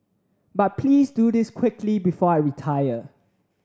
but please do this quickly before I retire